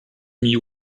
mis